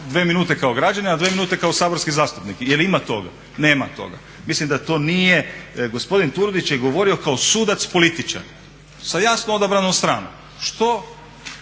dvije minute kao građanin a 2 minute kao saborski zastupnik. Je li ima toga? Nema toga. Mislim da to nije, gospodin Turudić je govorio kao sudac, političar sa jasno odabranom stranom. Što